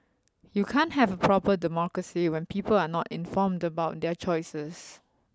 you can't have a proper democracy when people are not informed about their choices